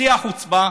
שיא החוצפה,